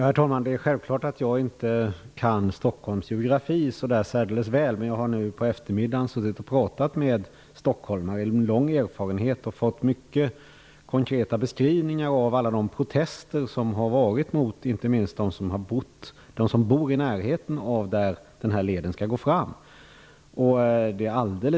Herr talman! Det är klart att jag inte kan Stockholms geografi särdeles väl. Men nu på eftermiddagen har jag suttit och pratat med stockholmare med lång erfarenhet och fått mycket konkreta beskrivningar av alla de protester som har förekommit, inte minst från dem som bor i närheten av där leden skall gå fram.